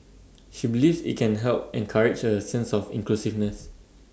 she believes IT can help encourage A sense of inclusiveness